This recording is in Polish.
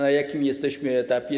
Na jakim jesteśmy etapie?